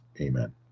Amen